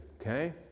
Okay